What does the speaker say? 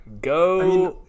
Go